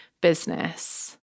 business